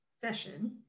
session